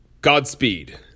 Godspeed